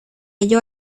halló